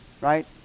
right